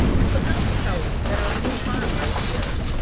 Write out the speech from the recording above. i forgot to tell you that our new farmer is here,